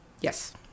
Yes